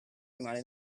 animali